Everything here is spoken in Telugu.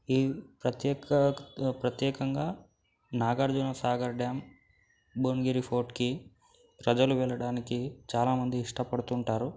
ఈ ప్రత్యేక ప్రత్యేకంగా నాగార్జునసాగర్ డ్యామ్ భువనగిరి ఫోర్టుకి ప్రజలు వెళ్ళడానికి చాలామంది ఇష్టపడుతుంటారు